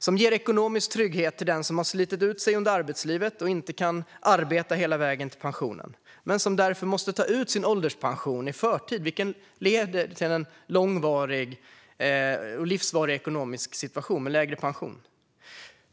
Den ger ekonomisk trygghet till den som har slitit ut sig under arbetslivet och inte kan arbeta hela vägen till pensionen och därför behöver ta ut sin ålderspension i förtid, vilket leder till en livsvarigt sämre ekonomisk situation med en lägre pension.